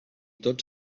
tots